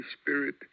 Spirit